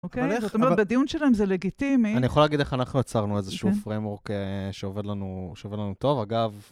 אוקיי? זאת אומרת, בדיון שלהם זה לגיטימי. אני יכול להגיד איך אנחנו יצרנו איזשהו framework שעובד לנו טוב. אגב...